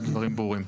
הדברים ברורים.